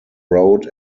road